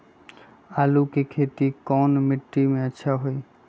आलु के खेती कौन मिट्टी में अच्छा होइ?